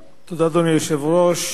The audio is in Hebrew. תודה, אדוני היושב-ראש.